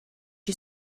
you